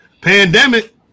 Pandemic